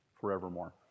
forevermore